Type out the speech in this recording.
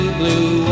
blue